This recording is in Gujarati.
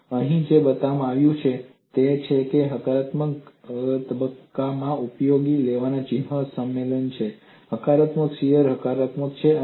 અને અહીં જે બતાવવામાં આવ્યું છે તે એ છે કે હકારાત્મક તબક્કામાં ઉપયોગમાં લેવાતી ચિન્હ સંમેલન શું છે હકારાત્મક શીયર હકારાત્મક છે